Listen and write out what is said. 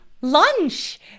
lunch